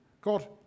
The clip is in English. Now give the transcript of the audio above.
God